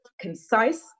concise